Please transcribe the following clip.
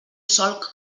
solc